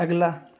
अगला